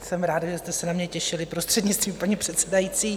Jsem ráda, že jste se na mě těšili, prostřednictvím paní předsedající.